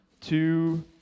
two